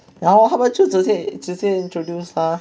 yeah lor 他们就直接直接 introduce 他